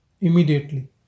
immediately